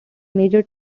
major